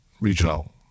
regional